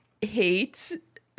hate